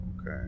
Okay